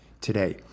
today